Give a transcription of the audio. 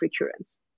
recurrence